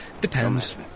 Depends